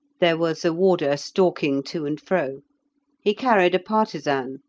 there was a warder stalking to and fro he carried a partisan,